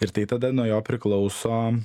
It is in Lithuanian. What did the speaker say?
ir tai tada nuo jo priklauso